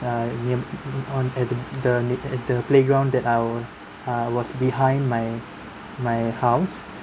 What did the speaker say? err near on at the the near at the playground that I'll uh was behind my my house